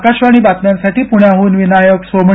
आकाशवाणी बातम्यांसाठी पुण्याहून विनायक सोमणी